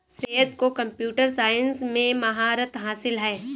सैयद को computer science में महारत हासिल है